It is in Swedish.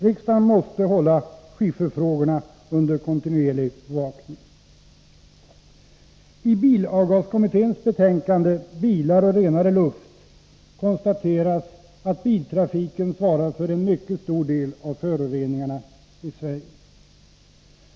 Riksdagen måste hålla skifferfrågorna under kontinuerlig bevakning. I bilavgaskommitténs betänkande, Bilar och renare luft, konstateras att biltrafiken svarar för en mycket stor del av föroreningarna i Sverige.